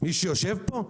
מי שיושב פה?